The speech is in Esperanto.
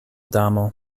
damo